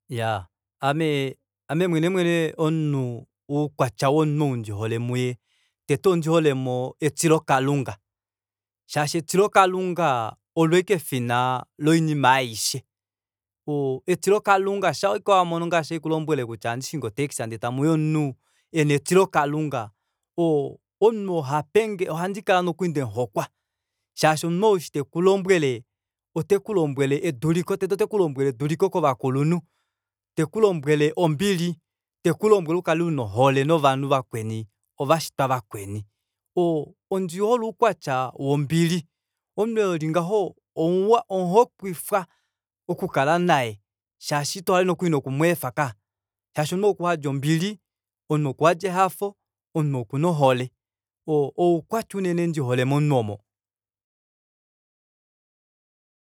Iyaa ame ame mwene mwene omunhu oukwatya womunhu oo ndiholemo muye tete ondiholemo etilo kalunga shaashi etilokalunga olo ashike efina loinima aaishe oo etilokalunga shaike wamono kutya ngaashi handi kulombwele kutya ohandi shingi otaxi ndee tamuya omunhu ena etilokalunga omunhu oo ohapenge ohandi kala nokuli ndemuhokwa shaashi omunhu oo eshi tekulombwele otekulombwele eduliko tete otekulombwele eduliko eduliko kovakulunhu tekulombwele ombili tekulombwele ukale una ohole novanhu vakweni ovashitwa vakweni o- o ondihole uukwatya wombili omunhu eli ngaho omuhokwifa okukala naye shaashi itohale nokuli noku mweefa kaya shaashi omunhu okuyadi ombili omunhu okuhadi ehafo omunhu okuna ohole oo uukwatya unene ndihole momunhu oomo